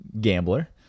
gambler